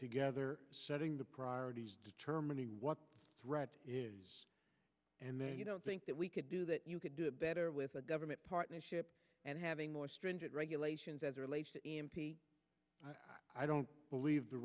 together setting the priorities determining what threat is and then you don't think that we could do that you could do it better with a government partnership and having more stringent regulations as relates to e m p i don't believe the